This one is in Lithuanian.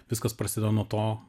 viskas prasideda nuo to